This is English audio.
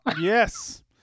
Yes